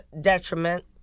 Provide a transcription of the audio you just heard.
detriment